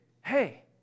hey